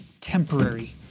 temporary